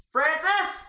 Francis